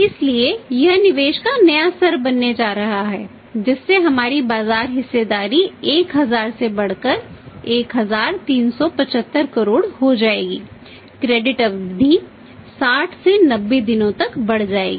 इसलिए यह निवेश का नया स्तर बनने जा रहा है जिससे हमारी बाजार हिस्सेदारी 1000 से बढ़कर 1375 करोड़ हो जाएगी क्रेडिट अवधि 60 से 90 दिनों तक बढ़ जाएगी